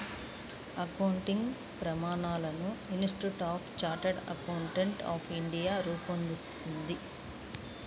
accounting ప్రమాణాలను institute of chartered accountants of India రూపొందిస్తుంది